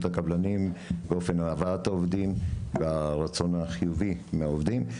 הקבלנים באופן הבאת העובדים והרצון החיובי מהעובדים.